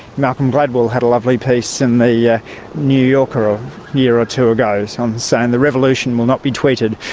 malcolm gladwell had a lovely piece in the yeah new yorker a year or two ago, so um saying the revolution will not be tweeted.